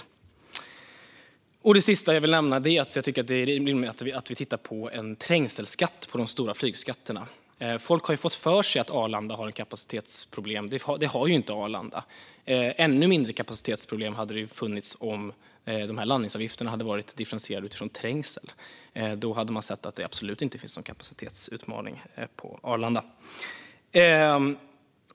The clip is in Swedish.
Till sist vore det rimligt att titta på en trängselskatt på de stora flygplatserna. Folk har fått för sig att Arlanda har kapacitetsproblem, men så är det inte. Ännu mindre kapacitetsproblem hade det funnits om landningsavgifterna hade varit differentierade utifrån trängsel. Då hade man sett att det absolut inte finns någon kapacitetsutmaning på Arlanda.